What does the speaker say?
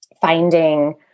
finding